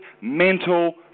mental